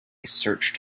searched